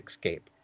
escape